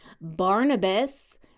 Barnabas